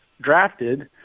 drafted